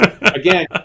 again